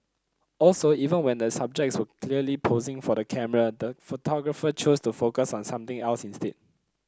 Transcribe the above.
also even when the subjects were clearly posing for the camera the photographer chose to focus on something else instead